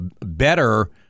better